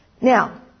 Now